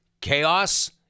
chaos